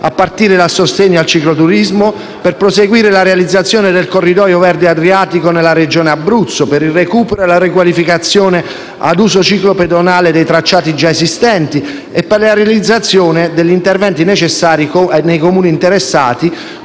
a partire dal sostegno al ciclo turismo per proseguire la realizzazione del Corridoio verde adriatico nella regione Abruzzo per il recupero e la riqualificazione ad uso ciclo pedonale dei tracciati già esistenti e per la realizzazione degli interventi necessari nei Comuni interessati